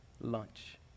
lunch